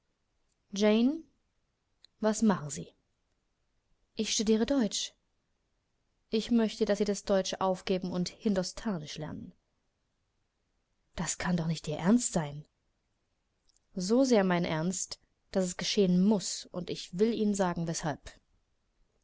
jane was machen sie ich studiere deutsch ich möchte daß sie das deutsche aufgeben und hindostanisch lernten das kann doch nicht ihr ernst sein so sehr mein ernst daß es geschehen muß und ich will ihnen sagen weshalb